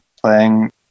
Playing